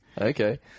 Okay